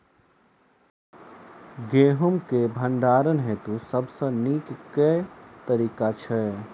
गेंहूँ केँ भण्डारण हेतु सबसँ नीक केँ तरीका छै?